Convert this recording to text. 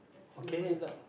okay is that